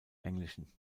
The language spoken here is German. englischen